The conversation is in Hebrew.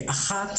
אחת